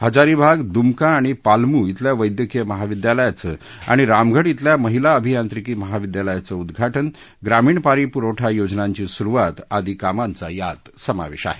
हजारीबाग दुमका आणि पालमु शिल्या वस्तक्रीय महाविद्यालयांचं आणि रामगढ शिल्या महिला अभियांत्रिकी महाविद्यालयाचं उद्घाटन ग्रामीण पाणी पुरवठा योजनांची सुरुवात आदी कामांचा यात समावेश आहे